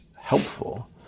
helpful